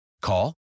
Call